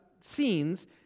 scenes